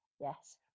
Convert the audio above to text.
Yes